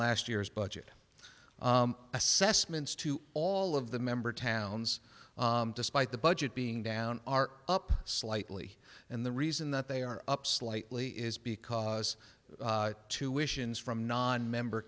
last year's budget assessments to all of the member towns despite the budget being down are up slightly and the reason that they are up slightly is because two wishes from nonmember